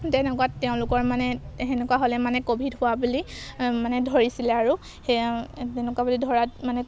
তেনেকুৱা তেওঁলোকৰ মানে সেনেকুৱা হ'লে মানে ক'ভিড হোৱা বুলি মানে ধৰিছিলে আৰু সেয়া তেনেকুৱা বুলি ধৰাত মানে